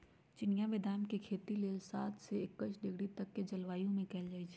चिनियाँ बेदाम के खेती लेल सात से एकइस डिग्री तक के जलवायु में कएल जाइ छइ